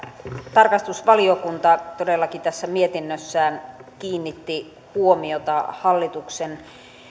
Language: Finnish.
tarkastusvaliokunta todellakin tässä mietinnössään kiinnitti huomiota hallituksen